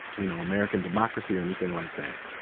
you know, american democracy or anything like that.